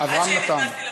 מה השם שלו?